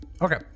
Okay